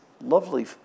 lovely